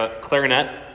clarinet